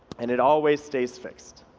and it always stays fixed.